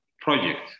project